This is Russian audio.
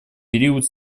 период